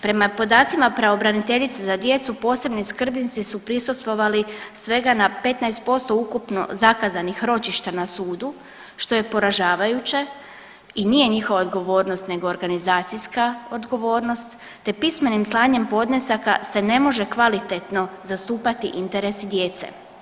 Prema podacima pravobraniteljice za djecu posebni skrbnici su prisustvovali svega na 15% ukupno zakazanih ročišta na sudu što je poražavajuće i nije njihova odgovornost nego organizacijska odgovornost, te pismenim slanjem podnesaka se ne može kvalitetno zastupati interesi djece.